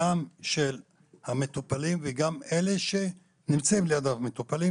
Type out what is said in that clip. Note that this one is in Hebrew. גם של המטופלים וגם של אלה שנמצאים ליד המטופלים